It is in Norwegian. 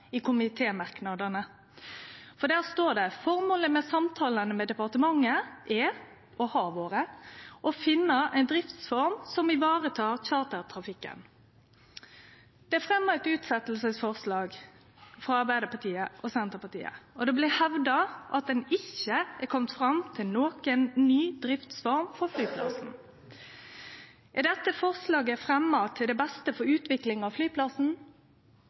i komitémerknadane. For der står det at føremålet med samtalane med departementet er, og har vore, å finne ei driftsform som varetek chartertrafikken. Det er fremja eit utsetjingsforslag frå Arbeidarpartiet og Senterpartiet, og det blei hevda at ein ikkje er komen fram til noka ny driftsform for flyplassen. Er dette forslaget fremja til det beste for utviklinga av flyplassen?